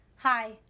Hi